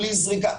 בלי זריקה.